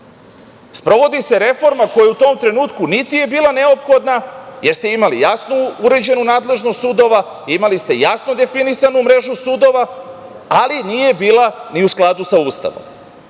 Sprovodi se reforma koja u tom trenutku niti je bila neophodna, jer ste imali jasno uređenu nadležnost sudova, imali ste jasno definisanu mrežu sudova, ali nije bila ni u skladu sa Ustavom.